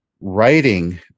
writing